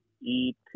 eat